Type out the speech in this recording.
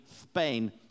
Spain